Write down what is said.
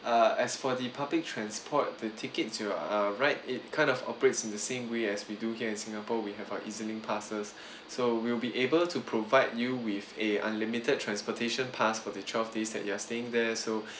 uh as for the public transport the tickets you are right it kind of operates in the same way as we do here in singapore we have our E_Z link passes so we'll be able to provide you with a unlimited transportation pass for the twelve days that you're staying there so